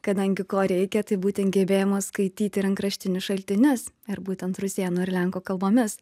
kadangi ko reikia tai būtent gebėjimo skaityti rankraštinius šaltinius ir būtent rusėnų ir lenkų kalbomis